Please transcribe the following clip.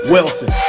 Wilson